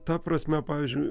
ta prasme pavyzdžiui